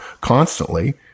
constantly